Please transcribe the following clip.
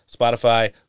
Spotify